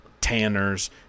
tanners